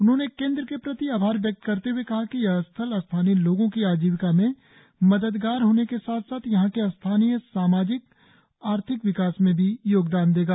उन्होंने केंद्र के प्रति आभार व्यक्त करते हुए कहा कि यह स्थल स्थानीय लोगो की आजीविका में मददगार होने के साथ साथ यहां के स्थानीय सामाजिक आर्थिक विकास में भी योगदान देगा